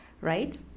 Right